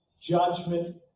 judgment